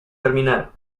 terminara